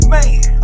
Man